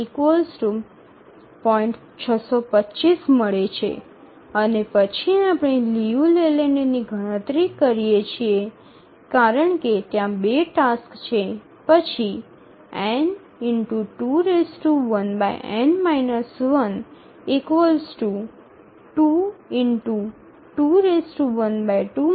625 મળે છે અને પછી આપણે લિયુ લેલેન્ડની ગણતરી કરીએ છીએ કારણ કે ત્યાં 2 ટાસક્સ છે પછી n2−1 22−1 0